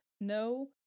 No